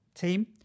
team